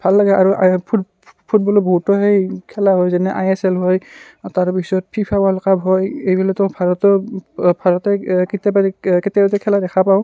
ভাল লাগে আৰু ফুট ফুটবলত বহুতো সেই খেলা হয় যেনে আই এছ এল হয় আৰু তাৰ পিছত ফিফা ৱৰ্ল্ড কাপ হয় এইবিলাকতো ভাৰতৰ ভাৰতে কেতিয়াবাই কেতিয়াবাতে খেলা দেখা পাওঁ